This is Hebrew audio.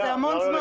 זה המון זמן.